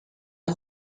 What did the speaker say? est